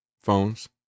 phones